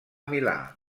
milà